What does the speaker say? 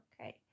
Okay